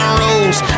rolls